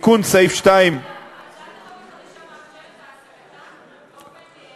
תיקון סעיף 2, הצעת החוק החדשה מאפשרת את העסקתם?